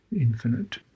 infinite